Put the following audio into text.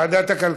ועדת הכלכלה.